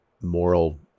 moral